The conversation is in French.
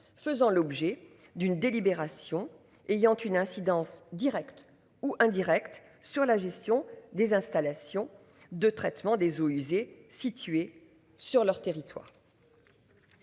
faisant l'objet d'une délibération ayant une incidence directe ou indirecte sur la gestion des installations de traitement des eaux usées situées sur leur territoire.